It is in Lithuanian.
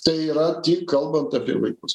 tai yra tik kalbant apie vaikus